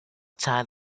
child